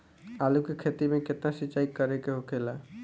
आलू के खेती में केतना सिंचाई करे के होखेला?